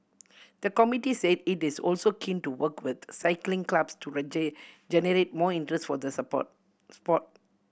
the committee said it is also keen to work with cycling clubs to generate more interest for the sport sport